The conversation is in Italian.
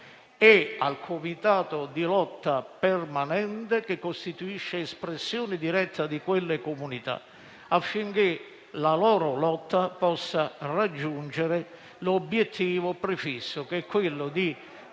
per il Comitato di lotta permanente, che costituisce espressione diretta di quelle comunità, affinché la loro lotta possa raggiungere l'obiettivo prefisso, che è quello di